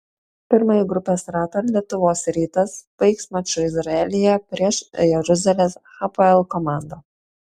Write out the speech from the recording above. pirmąjį grupės ratą lietuvos rytas baigs maču izraelyje prieš jeruzalės hapoel komandą